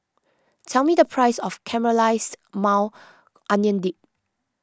tell me the price of Caramelized Maui Onion Dip